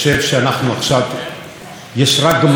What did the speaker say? לא, יש עשייה, אין ספק.